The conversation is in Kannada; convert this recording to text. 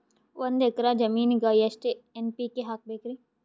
ಒಂದ್ ಎಕ್ಕರ ಜಮೀನಗ ಎಷ್ಟು ಎನ್.ಪಿ.ಕೆ ಹಾಕಬೇಕರಿ?